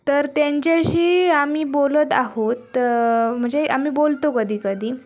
तर त्यांच्याशी आम्ही बोलत आहोत म्हणजे आम्ही बोलतो कधीकधी